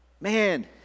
man